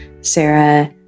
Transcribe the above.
Sarah